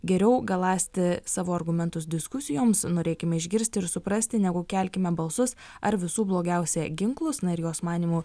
geriau galąsti savo argumentus diskusijoms norėkime išgirsti ir suprasti negu kelkime balsus ar visų blogiausia ginklus na ir jos manymu